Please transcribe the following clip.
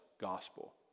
gospel